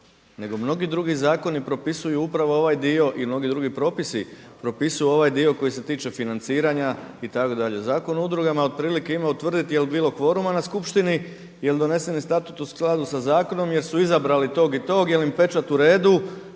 nego mnogi drugi zakoni propisuju upravo ovaj dio i mnogi drugi propisi propisuju ovaj dio koji se tiče financiranja itd. Zakon o udrugama otprilike ima utvrditi jel' bilo kvoruma na skupštini, jel' doneseni statut u skladu sa zakonom jel' su izabrali tog i tog, jel' im pečat u redu.